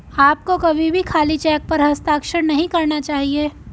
आपको कभी भी खाली चेक पर हस्ताक्षर नहीं करना चाहिए